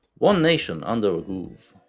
one nation under a groove.